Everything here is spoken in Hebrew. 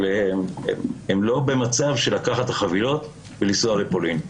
אבל הם לא במצב של לקחת את החבילות ולנסוע לפולין,